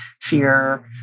fear